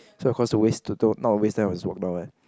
so of course the ways to not waste time is walk down one